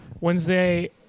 Wednesday